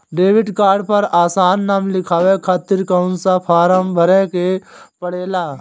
Debit card पर आपन नाम लिखाये खातिर कौन सा फारम भरे के पड़ेला?